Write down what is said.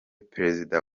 perezida